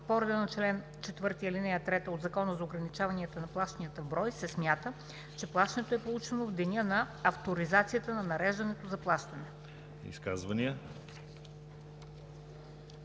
по реда на чл. 4, ал. 3 от Закона за ограничаване на плащанията в брой, се смята, че плащането е получено в деня на авторизацията на нареждането за плащане.“